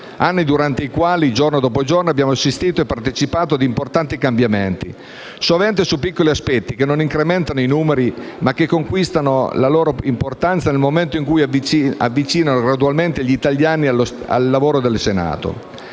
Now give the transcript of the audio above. anni durante i quali, giorno dopo giorno, abbiamo assistito e partecipato a importanti cambiamenti, sovente su piccoli aspetti che non incrementano i numeri, ma che conquistano la loro importanza nel momento in cui avvicinano gradualmente gli italiani al lavoro del Senato.